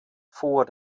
vor